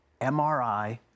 MRI